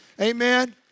Amen